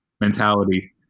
mentality